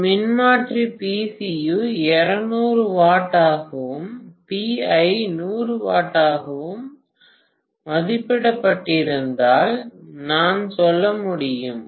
ஒரு மின்மாற்றி Pcu 200 W ஆகவும் PI 100 W ஆகவும் மதிப்பிடப்பட்டிருந்தால் நான் சொல்ல முடியும்